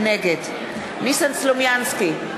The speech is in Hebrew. נגד ניסן סלומינסקי,